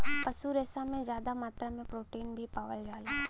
पशु रेसा में जादा मात्रा में प्रोटीन भी पावल जाला